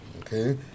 Okay